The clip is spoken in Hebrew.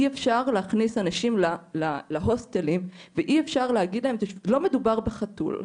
אי אפשר להכניס אנשים להוסטלים, לא מדובר בחתול,